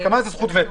הסכמה זו זכות וטו.